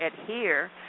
adhere